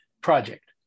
project